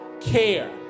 care